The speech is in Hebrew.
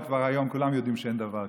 היום כבר כולם יודעים שאין דבר כזה.